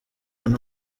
uno